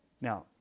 Now